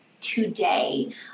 today